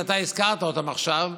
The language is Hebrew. שהזכרת אותם עכשיו,